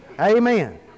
Amen